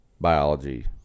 biology